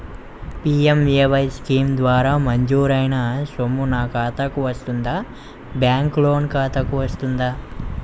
PMAY scheme ద్వారా మంజూరైన సొమ్ము నా ఖాతా కు వస్తుందాబ్యాంకు లోన్ ఖాతాకు వస్తుందా?